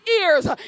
ears